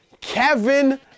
Kevin